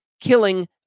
killing